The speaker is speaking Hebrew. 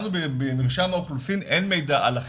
לנו במרשם האוכלוסין אין מידע על אחים.